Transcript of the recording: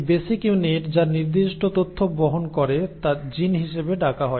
এই basic unit যা নির্দিষ্ট তথ্য বহন করে তা জিন হিসাবে ডাকা হয়